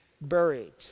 buried